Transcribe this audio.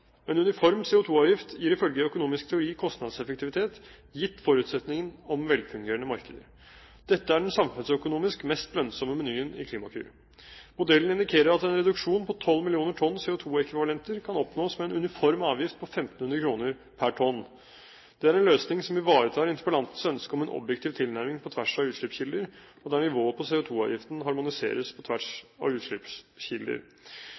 En uniform CO2-avgift gir ifølge økonomisk teori kostnadseffektivitet, gitt forutsetningen om velfungerende markeder. Dette er den samfunnsøkonomisk mest lønnsomme menyen i Klimakur. Modellen indikerer at en reduksjon på 12 mill. tonn CO2-ekvivalenter kan oppnås med en uniform avgift på 1 500 kr per tonn. Det er en løsning som ivaretar interpellantens ønske om en objektiv tilnærming på tvers av utslippskilder, og der nivået på CO2-avgiften harmoniseres på